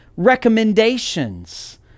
recommendations